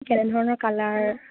কেনে ধৰণৰ কালাৰ